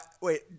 Wait